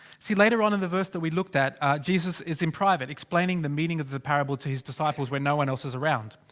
see later on in the verse that we looked at, ah. jesus is, in private. explaining the meaning of the parable to his disciples when no one else is around.